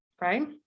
right